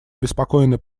обеспокоены